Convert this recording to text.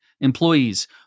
employees